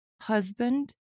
Husband